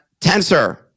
tensor